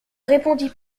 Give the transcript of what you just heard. répondit